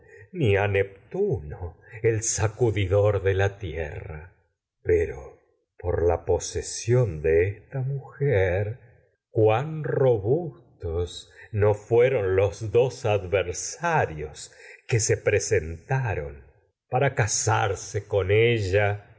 ni neptuno el sacudidor pero por fueron la posesión de esta mujer cuán que robustos no los dos adversarios se presenta ron para casarse que con ella